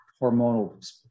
hormonal